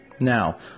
Now